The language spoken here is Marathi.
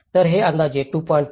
तर हे अंदाजे 2